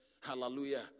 Hallelujah